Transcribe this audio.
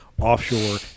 offshore